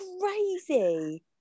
crazy